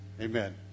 Amen